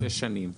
בשש שנים.